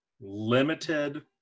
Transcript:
limited